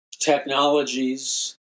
technologies